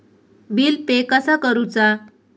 Bill pay कसा करुचा?